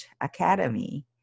Academy